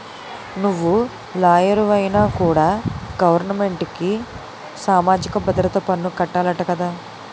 నువ్వు లాయరువైనా కూడా గవరమెంటుకి సామాజిక భద్రత పన్ను కట్టాలట కదా